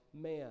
man